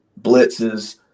blitzes